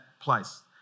place